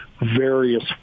various